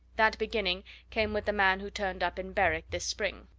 that beginning came with the man who turned up in berwick this spring.